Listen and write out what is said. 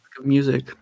music